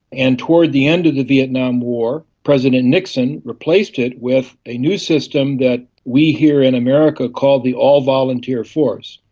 and towards the end of the vietnam war, president nixon replaced it with a new system that we here in america called the all-volunteer force.